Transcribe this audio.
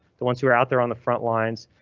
the ones who are out there on the front lines.